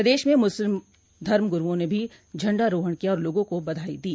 प्रदेश में मुस्लिम धर्म गुरूओं ने भी झंडारोहण किया और लोगों को बधाई दी